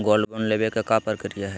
Gold bond लेवे के का प्रक्रिया हई?